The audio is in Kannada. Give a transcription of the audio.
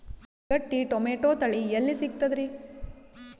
ಗಟ್ಟಿ ಟೊಮೇಟೊ ತಳಿ ಎಲ್ಲಿ ಸಿಗ್ತರಿ?